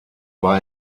war